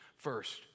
First